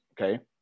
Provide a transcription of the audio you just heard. Okay